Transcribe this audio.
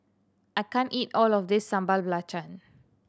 I can't eat all of this Sambal Belacan